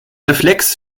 reflex